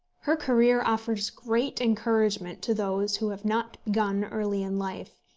her career offers great encouragement to those who have not begun early in life,